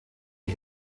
die